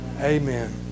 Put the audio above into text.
Amen